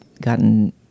gotten